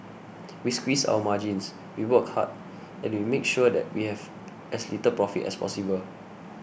we squeeze our margins we work hard and we make sure that we have as little profit as possible